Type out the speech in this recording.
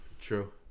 True